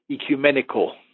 ecumenical